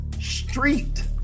street